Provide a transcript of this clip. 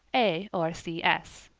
a. or c s.